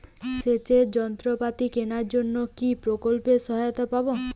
সেচের যন্ত্রপাতি কেনার জন্য কি প্রকল্পে সহায়তা পাব?